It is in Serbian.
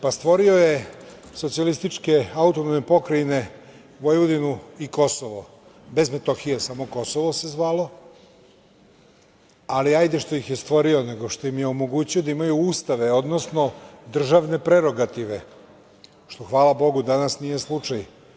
Pa stvorio je socijalističke autonomne pokrajine Vojvodinu i Kosovo, bez Metohije, samo Kosovo se zvalo, ali hajde što ih je stvorio, nego što im je omogućio da imaju Ustave, odnosno državne prerogative, što hvala Bogu danas nije slučaj.